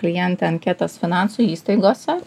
klientą anketas finansų įstaigose